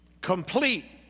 complete